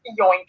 yoink